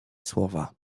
słowa